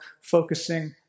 focusing